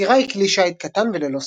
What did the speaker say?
סירה היא כלי שיט קטן וללא סיפון.